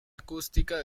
acústica